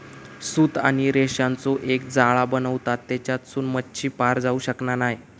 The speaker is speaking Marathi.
सूत आणि रेशांचो एक जाळा बनवतत तेच्यासून मच्छी पार जाऊ शकना नाय